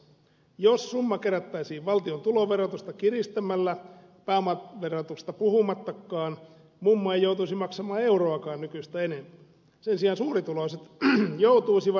jos summa kerättäisiin valtion tuloverotusta kiristämällä pääomaverotuksesta puhumattakaan mummo ei joutuisi maksamaan euroakaan nykyistä enemmän sen sijaan suurituloiset joutuisivat